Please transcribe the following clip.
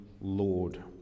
Lord